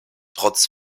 trotz